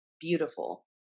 beautiful